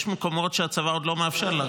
יש מקומות שבהם הצבא עוד לא מאפשר לחזור,